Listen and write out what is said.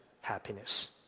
happiness